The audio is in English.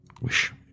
Wish